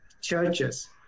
churches